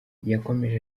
yakomeje